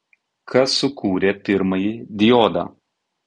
kas sukūrė pirmąjį diodą